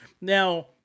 Now